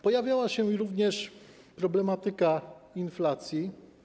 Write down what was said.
Pojawiała się również problematyka inflacji.